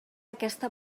aquesta